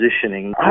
positioning